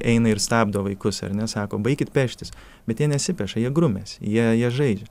eina ir stabdo vaikus ar ne sako baikit peštis bet jie nesipeša jie grumiasi jie jie žaidžia